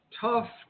Tough